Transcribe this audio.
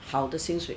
好的薪水